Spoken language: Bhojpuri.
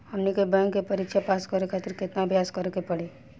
हमनी के बैंक के परीक्षा पास करे खातिर केतना अभ्यास करे के पड़ी?